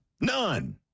None